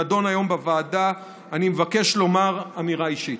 שנדון היום בוועדה אני מבקש לומר אמירה אישית: